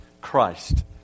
Christ